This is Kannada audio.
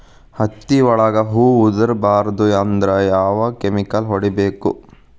ಹತ್ತಿ ಒಳಗ ಹೂವು ಉದುರ್ ಬಾರದು ಅಂದ್ರ ಯಾವ ಕೆಮಿಕಲ್ ಹೊಡಿಬೇಕು?